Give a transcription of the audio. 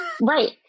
Right